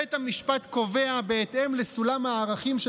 בית המשפט קובע בהתאם לסולם הערכים של